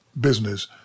business